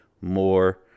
more